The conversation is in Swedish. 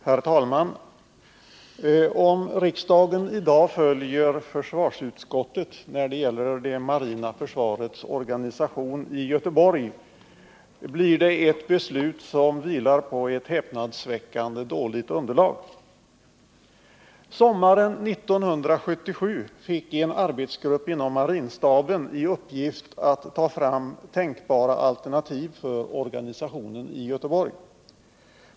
Herr talman! Om riksdagen i dag går på försvarsutskottets linje när det gäller det marina försvarets organisation i Göteborg, blir det ett beslut som vilar på ett häpnadsväckande dåligt underlag. Sommaren 1977 fick en arbetsgrupp inom marinstaben i uppgift att ta fram tänkbara alternativ för organisationen i Göteborg.